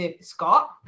Scott